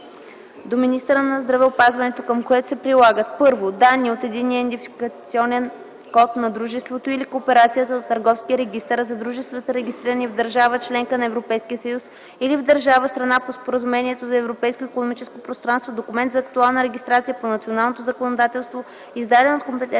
до министъра на здравеопазването, към което се прилагат: 1. данни за Единния идентификационен код на дружеството или кооперацията от Търговския регистър, а за дружествата, регистрирани в държава – членка на Европейския съюз, или в държава, страна по Споразумението за Европейското икономическо пространство – документ за актуална регистрация по националното законодателство, издаден от компетентен